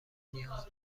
نیاز